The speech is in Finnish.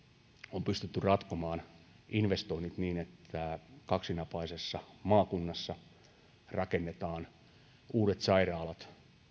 on pystytty ratkomaan investoinnit niin että kaksinapaisessa maakunnassa rakennetaan uudet sairaalat